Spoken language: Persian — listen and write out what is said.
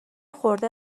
خورده